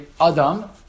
Adam